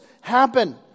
happen